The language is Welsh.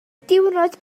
diwrnod